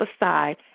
aside